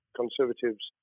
Conservatives